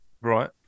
Right